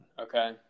okay